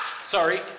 sorry